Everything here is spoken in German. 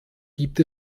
gibt